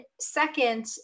second